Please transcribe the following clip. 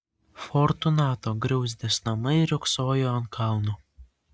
fortunato griauzdės namai riogsojo ant kalno